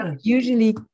Usually